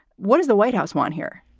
what is the white house want here?